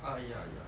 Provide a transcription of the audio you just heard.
ah ya ya